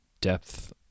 depth